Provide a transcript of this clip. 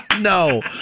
No